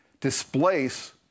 displace